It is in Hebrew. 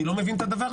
אני לא מבין את זה.